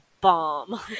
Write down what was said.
bomb